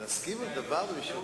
אני מוכן לקשר.